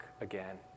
again